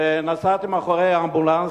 ונסעתי מאחורי אמבולנס.